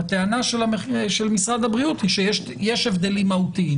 הטענה של משרד הבריאות היא שיש הבדלים מהותיים.